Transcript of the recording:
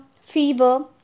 fever